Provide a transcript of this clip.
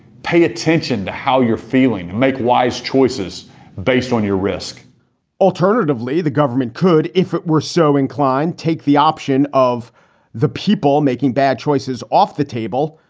pay attention to how you're feeling. make wise choices based on your risk alternatively, the government could, if it were so inclined, take the option of the people making bad choices off the table.